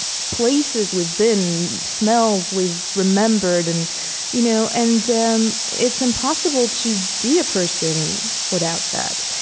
places we've been, smells we've remembered. and you know and um it's impossible to be a person without that.